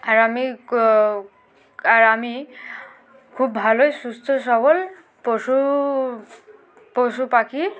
আর আমি আর আমি খুব ভালো সুস্থ সবল পশু পশু পাখি